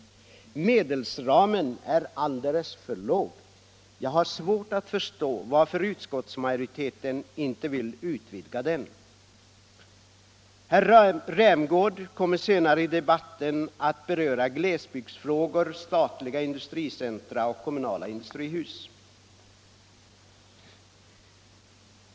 Medelsramen är alldeles för låg. Jag har svårt att förstå varför utskottsmajoriteten inte vill utvidga medelsramen. Herr Rämgård kommer senare i debatten att beröra glesbygdsfrågor, statliga industricentra och kommunala industrihus.